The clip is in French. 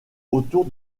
autour